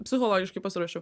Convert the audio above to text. psichologiškai pasiruošiu